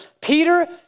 Peter